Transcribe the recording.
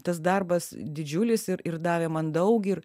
tas darbas didžiulis ir ir davė man daug ir